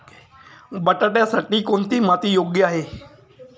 बटाट्यासाठी कोणती माती योग्य आहे?